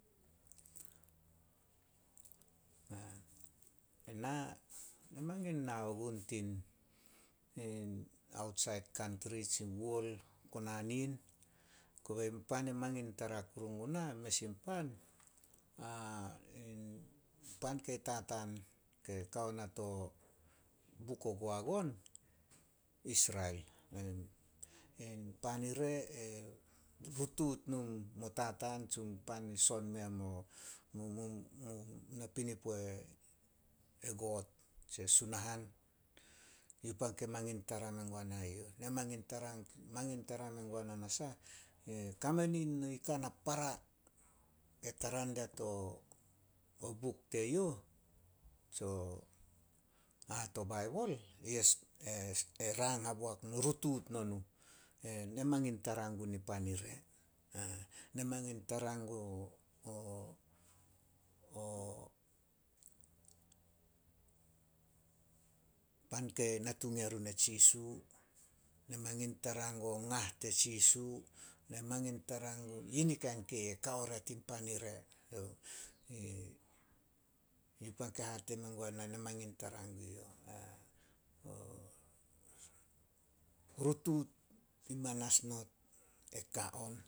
Ena, na mangin nao gun tin- tin aotsait kantri tsi wol konanin. Kobe pan e mangin tara guna, mes in pan, pan kei tataan ke kao na to buk o goagon, Isrel. In- in pan ire e rutuut no, mo tataaan tsi pan son mea napinipo e Sunahan. Yi pan ke mangin tara mengua nai youh. Mangin tara mengua na nasah, e kame ni nika na para ke tara dia to, o buk teyouh tsio baibol rutuut no nuh. Ne mangin tara gun nipan ire. Ne mangin tara gun pan kei natung yarun e Jisu, na mangin tara guo ngah te Jisu, na mangin tara gun yi ni kain kei re kao ria tin pan ire. Yi pan ke hate mengua na, ne mangin tara gue youh. rutuut i manas not e ka on.